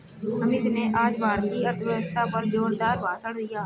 अमित ने आज भारतीय अर्थव्यवस्था पर जोरदार भाषण दिया